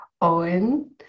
owen